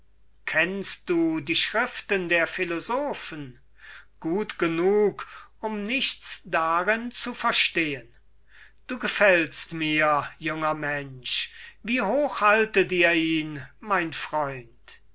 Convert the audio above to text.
kennst du die schriften der philosophen nein denn ich verstehe sie nicht du gefällst mir junger mensch wie hoch haltet ihr ihn mein freund